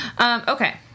Okay